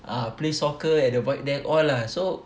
ah play soccer at the void deck all lah so